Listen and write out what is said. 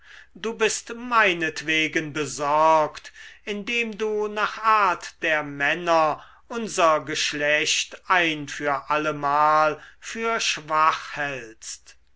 du bist meinetwegen besorgt indem du nach art der männer unser geschlecht ein für allemal für schwach hältst